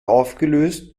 aufgelöst